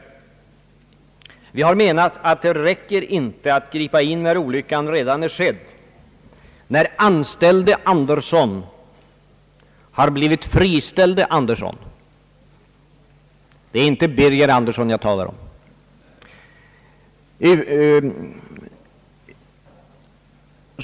Vi har menat att det inte räcker att gripa in när olyckan redan är skedd, när anställde Andersson har blivit friställde Andersson — det är inte Birger Andersson jag talar om.